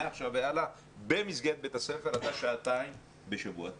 מעכשיו והלאה במסגרת בית הספר אתה שעתיים בשבוע,